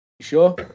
sure